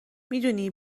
میدونی